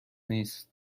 نیست